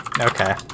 Okay